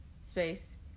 space